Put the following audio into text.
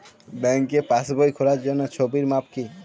ব্যাঙ্কে পাসবই খোলার জন্য ছবির মাপ কী?